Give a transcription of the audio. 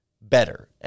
better